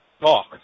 talk